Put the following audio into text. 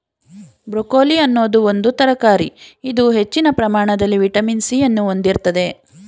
broccoli ಅನ್ನೋದು ಒಂದು ತರಕಾರಿ ಇದು ಹೆಚ್ಚಿನ ಪ್ರಮಾಣದಲ್ಲಿ ವಿಟಮಿನ್ ಸಿ ಅನ್ನು ಹೊಂದಿರ್ತದೆ